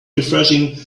refreshing